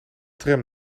tram